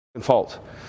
fault